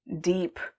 deep